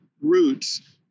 roots